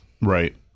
Right